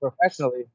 professionally